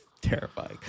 terrifying